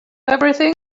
everything